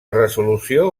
resolució